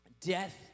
Death